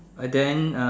but then uh